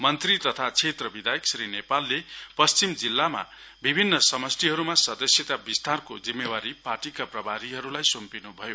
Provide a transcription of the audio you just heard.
मन्त्री तथा क्षेत्र विधायक श्री नेपालले पश्चिम जिल्लाका विभिन्न समष्टिहरुमा सदस्यता विस्तारके जिम्मेवारी पार्टीका प्रभारीहरुलाई सुम्पिनु भयो